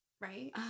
Right